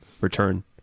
return